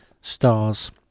stars